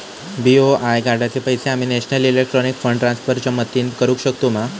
BOI कार्डाचे पैसे आम्ही नेशनल इलेक्ट्रॉनिक फंड ट्रान्स्फर च्या मदतीने भरुक शकतू मा?